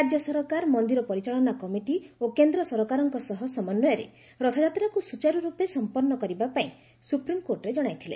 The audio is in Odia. ରାଜ୍ୟ ସରକାର ମନ୍ଦିର ପରିଚାଳନା କମିଟି ଓ କେନ୍ଦ୍ର ସରକାରଙ୍କ ସହ ସମନ୍ୱୟରେ ରଥଯାତ୍ରାକୁ ସୁଚାରୁରୂପେ ସମ୍ପନ୍ନ କରାଇବାପାଇଁ ସୁପ୍ରିମ୍କୋର୍ଟରେ ଜଣାଇଥିଲେ